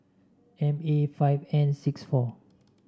M A five N six four